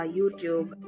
YouTube